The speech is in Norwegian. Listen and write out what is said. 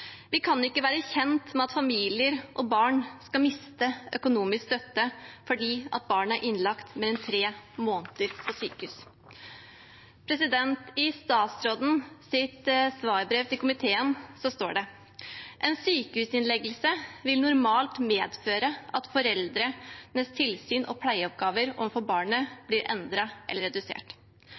Vi kan ikke være bekjent av at familier og barn skal miste økonomisk støtte fordi barnet er innlagt mer enn tre måneder på sykehus. I statsrådens svarbrev til komiteen står det: «En sykehusinnleggelse vil normalt medføre at foreldrenes tilsyn og pleieoppgaver overfor barnet blir endret og/eller redusert.»